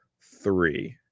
three